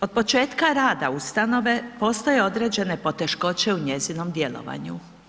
Od početka rada ustanove postoje određene poteškoće u njezinom djelovanju.